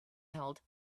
held